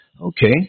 Okay